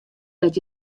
dat